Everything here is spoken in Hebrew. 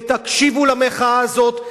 ותקשיבו למחאה הזאת,